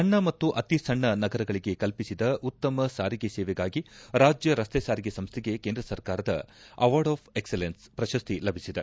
ಸಣ್ಣ ಮತ್ತು ಅತಿ ಸಣ್ಣ ನಗರಗಳಿಗೆ ಕಲ್ಪಿಸಿದ ಉತ್ತಮ ಸಾರಿಗೆ ಸೇವೆಗಾಗಿ ರಾಜ್ಯ ರಸ್ತೆ ಸಾರಿಗೆ ಸಂಸ್ಟೆಗೆ ಕೇಂದ್ರ ಸರ್ಕಾರದ ಅವಾರ್ಡ್ ಆಫ್ ಎಕ್ಸಲೆನ್ಸ್ ಪ್ರಶಸ್ತಿ ಲಭಿಸಿದೆ